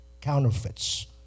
counterfeits